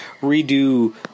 redo